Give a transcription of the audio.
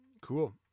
Cool